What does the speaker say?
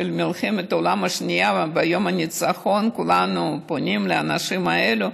ביום הניצחון של מלחמת העולם השנייה כולנו פונים לאנשים האלה,